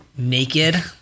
Naked